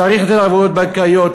צריך לתת ערבויות בנקאיות,